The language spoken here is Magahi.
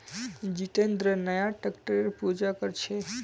जितेंद्र नया ट्रैक्टरेर पूजा कर छ